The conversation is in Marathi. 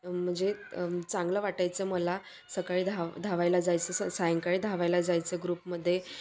म्हणजे चांगलं वाटायचं मला सकाळी धा धावायला जायचं स सायंकाळी धावायला जायचं ग्रुपमध्ये